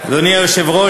אדוני היושב-ראש,